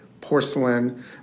porcelain